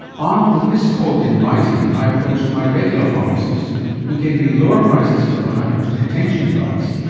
armed with this quote in writing, i approached my regular pharmacist who gave me lower prices for the hypertension drugs,